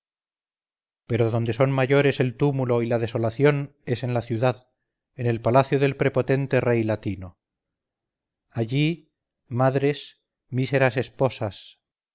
pero donde son mayores el túmulo y la desolación es en la ciudad en el palacio del prepotente rey latino allí madres míseras esposas